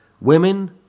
women